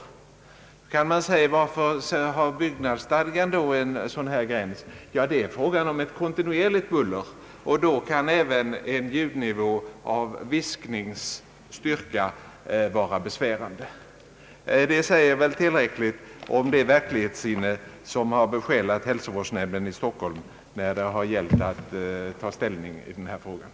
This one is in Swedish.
Man kan kanske fråga sig varför byggnadsstadgan har en sådan gräns, men det är där fråga om ett kontinuerligt buller, varvid även ljud med en visknings styrka kan vara besvärande. Detta säger väl tillräckligt om det verklighetssinne som hälsovårdsnämnden i Stockholm ådagalagt då det gällt att ta ställning i denna fråga.